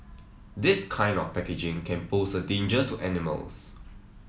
this kind of packaging can pose a danger to animals